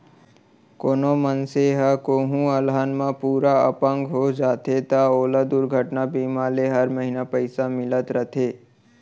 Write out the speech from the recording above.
कोनों मनसे ह कोहूँ अलहन म पूरा अपंग हो जाथे त ओला दुरघटना बीमा ले हर महिना पइसा मिलत रथे